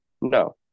No